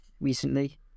recently